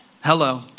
Hello